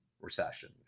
recession